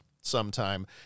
sometime